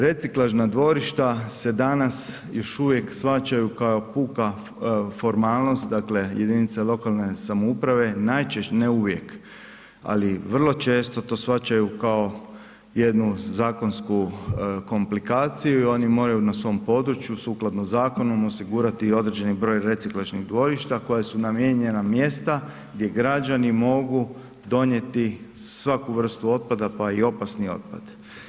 Reciklažna dvorišta se danas još uvijek shvaćaju kao puka formalnost dakle jedinice lokalne samouprave najčešće, ne uvijek ali vrlo često to shvaćaju kao jednu zakonsku komplikaciju i oni moraju na svom području sukladno zakonu osigurati određeni broj reciklažnih dvorišta koja su namijenjena gdje građani mogu donijeti svaki vrstu otpada pa i opasni otpad.